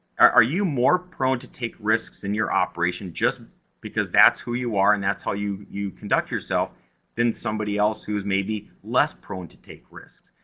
are you more prone to take risks in your operation just because that's who you are, and that's how you you conduct yourself than somebody else, who's maybe less prone to take risks?